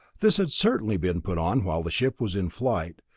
this had certainly been put on while the ship was in flight,